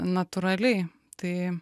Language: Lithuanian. natūraliai tai